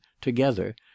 together